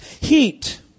heat